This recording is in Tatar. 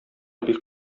бик